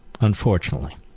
unfortunately